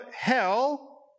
hell